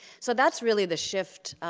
so that's really the shift,